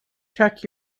check